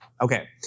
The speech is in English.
okay